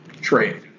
trade